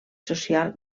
social